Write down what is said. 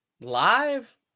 Live